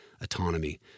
autonomy